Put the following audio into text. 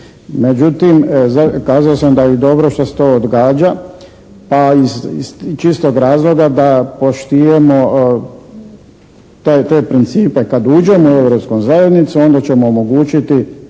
Međutim kazao sam da je dobro što se to odgađa pa iz čistog razloga da poštujemo te principe kad uđemo u Europsku zajednicu onda ćemo omogućiti